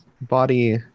body